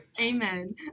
amen